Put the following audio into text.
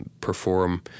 perform